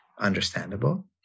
understandable